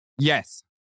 Yes